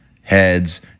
heads